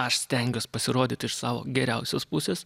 aš stengiuos pasirodyt iš savo geriausios pusės